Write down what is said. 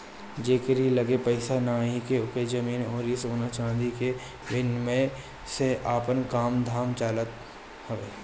जेकरी लगे पईसा नइखे उ जमीन अउरी सोना चांदी के विनिमय से आपन काम धाम चलावत हवे